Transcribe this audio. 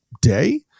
day